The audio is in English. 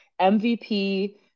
MVP